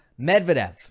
Medvedev